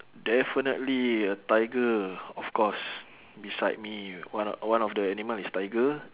definitely a tiger of course beside me one of one of the animal is tiger